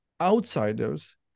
outsiders